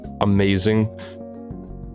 amazing